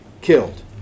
killed